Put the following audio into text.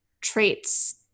traits